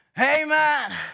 Amen